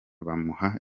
bamuha